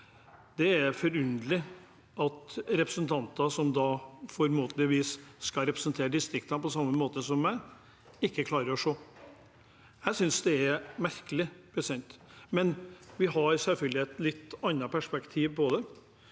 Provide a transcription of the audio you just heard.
Det er forunderlig at representanter som formodentlig skal representere distriktene på samme måte som jeg, ikke klarer å se det. Jeg synes det er merkelig, men vi har selvfølgelig et litt annet perspektiv på det.